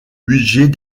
budget